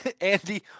Andy